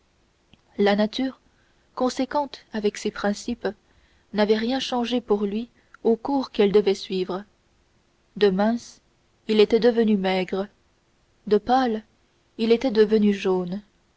la nature conséquente avec ses principes n'avait rien changé pour lui au cours qu'elle devait suivre de mince il était devenu maigre de pâle il était devenu jaune